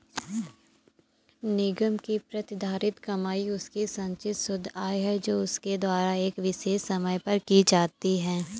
निगम की प्रतिधारित कमाई उसकी संचित शुद्ध आय है जो उसके द्वारा एक विशेष समय पर की जाती है